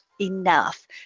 enough